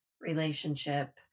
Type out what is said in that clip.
relationship